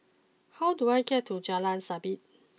how do I get to Jalan Sabit